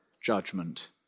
judgment